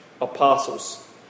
apostles